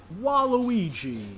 Waluigi